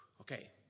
Okay